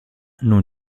non